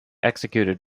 executed